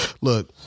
look